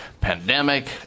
pandemic